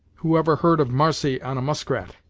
who ever heard of marcy on a muskrat!